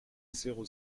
zéro